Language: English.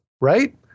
right